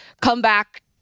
comeback